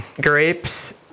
grapes